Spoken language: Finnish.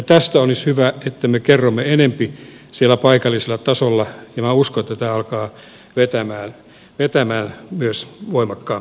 tästä olisi hyvä että me kerromme enempi siellä paikallisella tasolla ja minä uskon että tämä alkaa vetämään myös voimakkaammin tulevaisuudessa